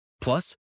Plus